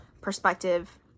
perspective